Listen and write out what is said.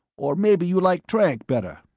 or maybe you like trank, better.